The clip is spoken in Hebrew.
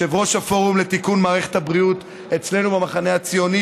יושב-ראש הפורום לתיקון מערכת הבריאות אצלנו במחנה הציוני,